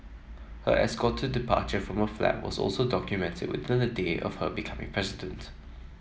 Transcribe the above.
her escorted departure from her flat was also documents within a day of her becoming president